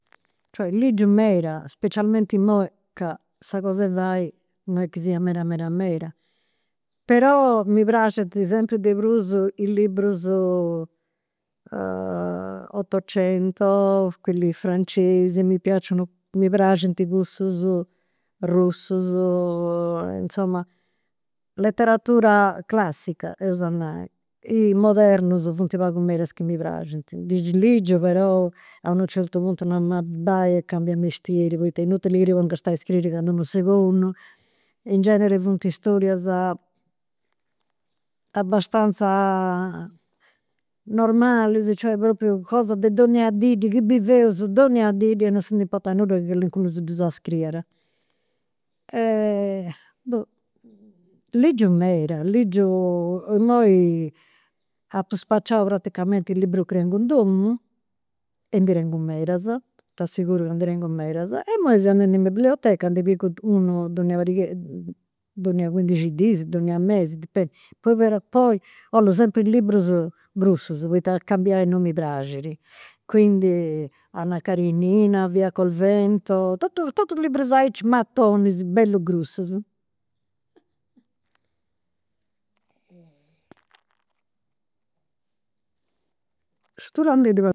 Cioè, ligiu meda, specialmenti imoi ca sa cos'e fai non est chi siat meda meda meda. Però mi praxint sempri de prus i' liburus otocento, quelli francesi, mi piaciono, mi praxint cussus russus e insoma letteratura classica, eus a nai. I' modernus funt pagus medas is chi mi praxint. Gei ndi ligiu, però, a unu certu puntu nau, ma bai e cambia mestieri poita est inutili chi ti pongast a scriri candu bonu. In genere funt storias abastanza normalis, cioè propriu cosas de donna dì, chi biveus donnia dì e non si ndi portat nudda chi calincunu si ddas scriere. Boh. Ligiu meda, ligiu, imoi apu spacciau praticamenti i' liburus chi tengu in domu, e ndi tengu medas, t'assiguru ca ndi tengus medas. E imui seu andendu in biblioteca, unu donnia pariga donnia cuindixi dis, donnia mesi, dipendidi. Poi però, poi 'ollu sempri liburus grussus poita a cambiai non mi praxit. Quindi Anna Karenina, Via col vento, totus totus liburus aici, matonis bellus grussus.